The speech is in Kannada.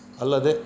ಅಲ್ಲದೆ